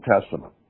Testament